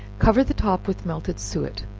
cover the top with melted suet,